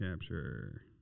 capture